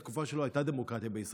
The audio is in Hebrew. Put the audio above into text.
בתקופה שלו הייתה דמוקרטיה בישראל,